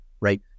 right